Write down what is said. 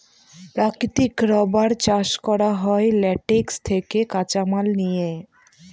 প্রাকৃতিক রাবার চাষ করা হয় ল্যাটেক্স থেকে কাঁচামাল নিয়ে